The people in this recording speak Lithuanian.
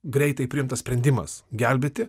greitai priimtas sprendimas gelbėti